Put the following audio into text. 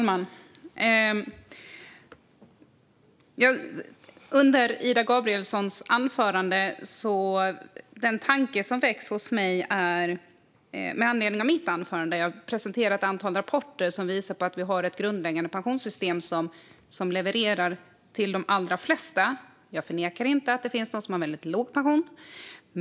Herr talman! Den var en tanke som väcktes hos mig under Ida Gabrielssons anförande. I mitt anförande presenterade jag ett antal rapporter som visar på att vi har ett grundläggande pensionssystem som levererar till de allra flesta. Jag förnekar inte att det finns de som har en väldigt låg pension.